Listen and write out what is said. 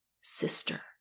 sister